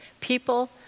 people